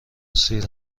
سیر